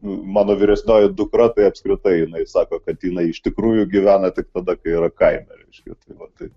mano vyresnioji dukra tai apskritai jinai sako kad jinai iš tikrųjų gyvena tik tada kai yra kaime reiškia tai va taip